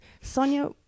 Sonia